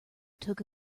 took